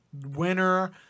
Winner